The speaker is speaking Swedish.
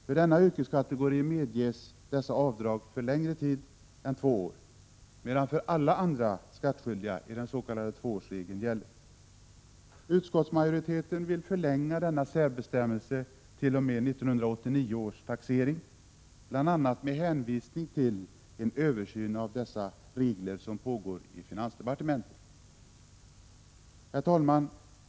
För denna yrkeskategori medges dessa avdrag för längre tid än två år medan för alla andra skattskyldiga den s.k. tvåårsregeln gäller. Utskottsmajoriteten vill förlänga den särbestämmelsen t.o.m. 1989 års taxering bl.a. med hänvisning till en översyn av dessa regler, som pågår i finansdepartementet. Herr talman!